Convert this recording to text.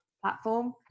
platform